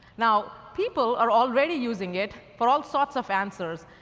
now, people are already using it for all sorts of answers,